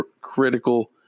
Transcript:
critical